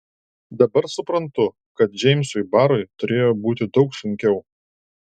dabar suprantu kad džeimsui barui turėjo būti daug sunkiau